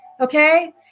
Okay